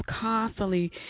constantly